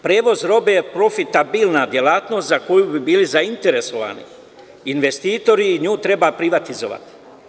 Prevoz robe je profitabilna delatnost za koju bi bili zainteresovani investitori i nju treba privatizovati.